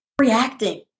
reacting